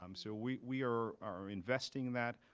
um so we we are are investing in that.